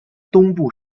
东部